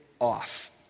off